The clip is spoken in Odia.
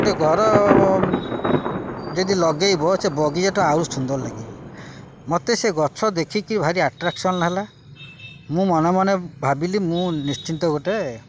ଗୋଟେ ଘର ଯଦି ଲଗେଇବ ସେ ବଗିଚାଟା ଆହୁରି ସୁନ୍ଦର ଲାଗିବ ମୋତେ ସେ ଗଛ ଦେଖିକି ଭାରି ଆଟ୍ରାକ୍ସନ ହେଲା ମୁଁ ମନେ ମନେ ଭାବିଲି ମୁଁ ନିଶ୍ଚିନ୍ତ ଗୋଟେ